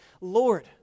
Lord